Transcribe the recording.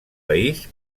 país